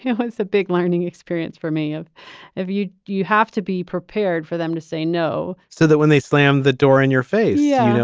you know, it's a big learning experience for me. if you do, you have to be prepared for them to say no so that when they slammed the door in your face, yeah you know,